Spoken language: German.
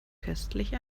köstlich